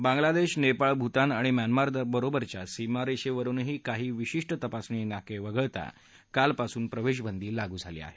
बांगलादेश नेपाळ भूतान आणि म्यानमा बरोबरच्या सीमारेषेवरुन काही विशिष्ट तपासणी नाके वगळता कालपासूनच प्रवेशबंदी लागू झाली आहे